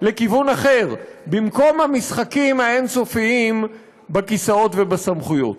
לכיוון אחר במקום המשחקים האין-סופיים בכיסאות ובסמכויות.